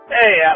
Hey